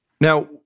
Now